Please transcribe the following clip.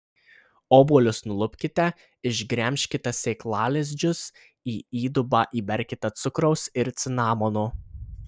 obuolius nulupkite išgremžkite sėklalizdžius į įdubą įberkite cukraus ir cinamono